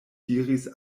diris